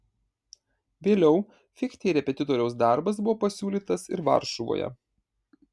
vėliau fichtei repetitoriaus darbas buvo pasiūlytas ir varšuvoje